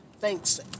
thanks